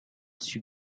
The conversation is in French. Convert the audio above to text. suis